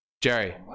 Jerry